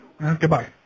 Goodbye